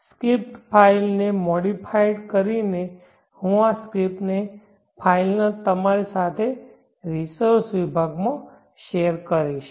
script file ને modified કરીને હું આ સ્ક્રિપ્ટ ફાઇલને તમારી સાથે રિસોર્સ વિભાગમાં શેર કરીશ